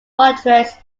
hundreds